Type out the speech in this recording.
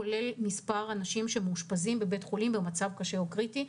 כולל מספר אנשים שמאושפזים בבית חולים במצב קשה או קריטי.